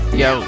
yo